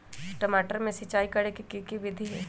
टमाटर में सिचाई करे के की विधि हई?